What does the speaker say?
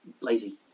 lazy